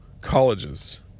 colleges